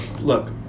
look